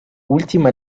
ultimo